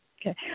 Okay